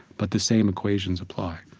but the same equations apply